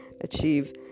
achieve